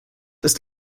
ist